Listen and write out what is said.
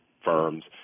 firms